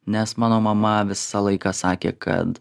nes mano mama visą laiką sakė kad